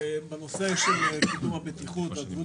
בתחום הבטיחות והבריאות